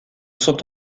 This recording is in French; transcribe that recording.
sont